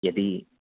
यदि